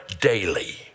daily